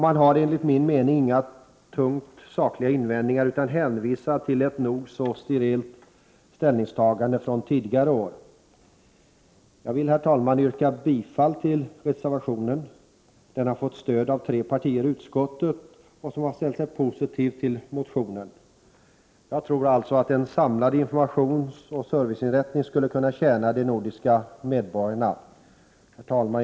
Man har enligt min mening inga tungt vägande sakliga invändningar utan hänvisar till ett nog så sterilt ställningstagande från tidigare år. Motionen har fått stöd av tre partier i utskottet, och jag ber att få yrka bifall till reservationen. Jag tror alltså att en samlad informationsoch serviceinrättning skulle kunna tjäna de nordiska medborgarna. Herr talman!